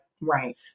Right